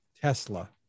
Tesla